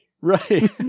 Right